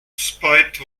spite